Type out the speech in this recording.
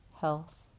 Health